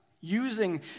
using